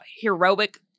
heroic